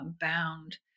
bound